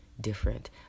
different